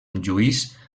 lluís